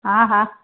हा हा